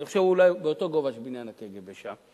אני חושב שהוא אולי באותו הגובה של בניין הקג"ב שם.